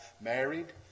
married